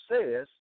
says